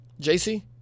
JC